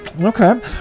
okay